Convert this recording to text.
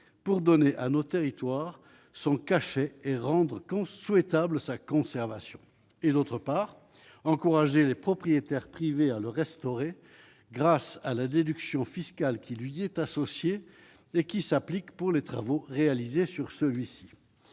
pour donner à nos territoires son café et rendre compte souhaitable sa conservation et d'autre part, encourager les propriétaires privés à le restaurer grâce à la déduction fiscale qui lui est associé et qui s'applique pour les travaux réalisés sur celui-ci